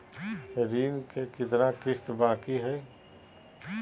ऋण के कितना किस्त बाकी है?